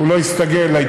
כי הוא לא יסתגל להתפתחות,